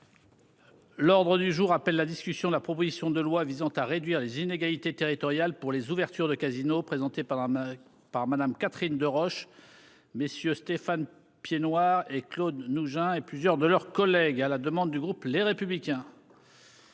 L'ordre du jour appelle la discussion de la proposition de loi visant à réduire les inégalités territoriales pour les ouvertures de casino présenté par. Par Madame Catherine Deroche. Messieurs, Stéphane Piednoir et Claude nous hein et plusieurs de leurs collègues à la demande du groupe les républicains.